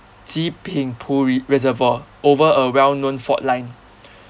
jinping quarry reservoir over a well known fault line